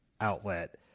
outlet